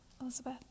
Elizabeth